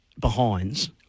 behinds